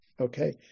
Okay